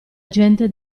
gente